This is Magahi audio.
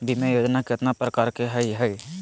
बीमा योजना केतना प्रकार के हई हई?